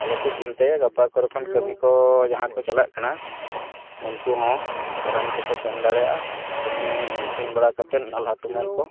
ᱟᱞᱚ ᱯᱮ ᱪᱤᱱᱛᱟᱹᱭᱟ ᱜᱟᱯᱟ ᱠᱚᱨᱮ ᱠᱚ ᱠᱷᱚᱱ ᱠᱟᱹᱢᱤ ᱠᱚ ᱡᱟᱦᱟᱸ ᱠᱚ ᱪᱟᱞᱟᱜ ᱠᱟᱱᱟ ᱩᱱᱠᱩ ᱦᱚᱸ ᱟᱨᱟᱢ ᱛᱮᱠᱚ ᱥᱮᱱ ᱫᱟᱲᱮᱭᱟᱜᱼᱟ ᱠᱟᱹᱢᱤ ᱤᱥᱤᱱ ᱵᱟᱲᱟ ᱠᱟᱛᱮᱫ ᱱᱟᱞᱦᱟ ᱛᱩᱢᱟᱹᱞ ᱠᱚ